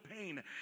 pain